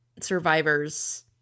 survivor's